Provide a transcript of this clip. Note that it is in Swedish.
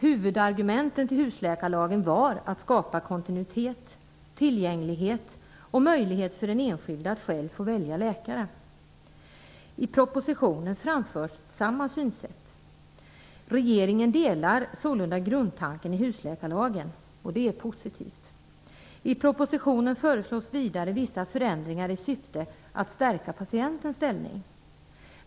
Huvudargumenten till husläkarlagen var att skapa kontinuitet, tillgänglighet och möjlighet för den enskilde att själv få välja läkare. I propositionen framförs samma synsätt. Regeringen delar sålunda grundtanken i husläkarlagen. Det är positivt. I propositionen föreslås vidare vissa förändringar i syfte att stärka patientens ställning.